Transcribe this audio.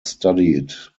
studied